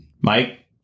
mike